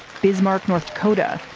bismarck, north dakota,